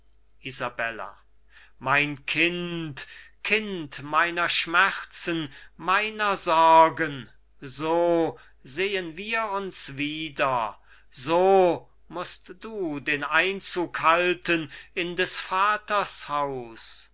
mein kind kind meiner schmerzen meiner sorgen so sehen wir uns wieder so mußt du den einzug halten in des vaters haus